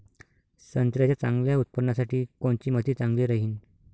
संत्र्याच्या चांगल्या उत्पन्नासाठी कोनची माती चांगली राहिनं?